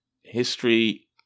history